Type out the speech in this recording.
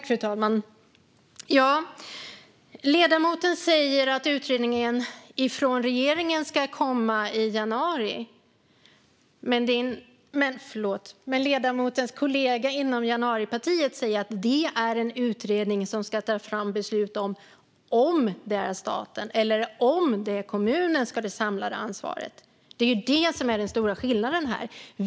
Fru talman! Ledamoten säger att utredningen från regeringen ska komma i januari. Ledamotens januaripartikollega säger dock att det är en utredning som ska ta fram beslut om huruvida det är staten eller kommunen som ska ha det samlade ansvaret. Det är det som är den stora skillnaden här.